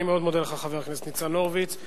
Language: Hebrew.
אני מאוד מודה לך, חבר הכנסת ניצן הורוביץ.